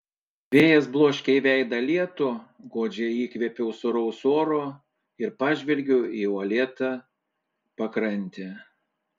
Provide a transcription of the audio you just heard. vėjas bloškė į veidą lietų godžiai įkvėpiau sūraus oro ir pažvelgiau į uolėtą pakrantę